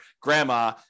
grandma